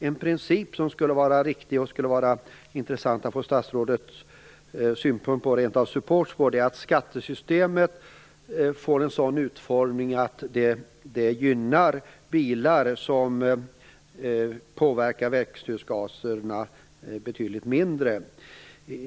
En princip som skulle vara riktig och som det skulle vara intressant att få statsrådets syn, och rent av support, på är att skattesystemet får en sådan utformning att det gynnar bilar som påverkar växthusgaserna betydligt mindre.